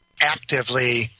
actively